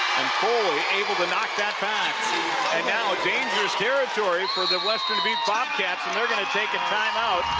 foley, able to knock thatback and now ah dangerous territoryfor the western bobcats and they're going to take a time-out.